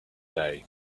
day